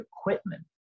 equipment